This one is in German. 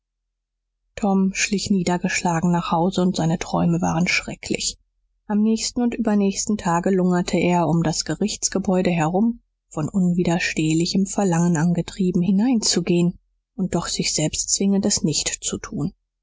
tom schlich niedergeschlagen nach hause und seine träume waren schrecklich am nächsten und übernächsten tage lungerte er um das gerichtsgebäude herum von unwiderstehlichem verlangen angetrieben hineinzugehen und doch sich selbst zwingend es nicht zu tun